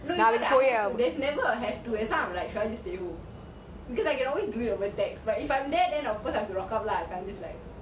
there's never a have to that's why I'm like should I just stay home because it's like I can always do it over text but if I'm there then I have to lock up lah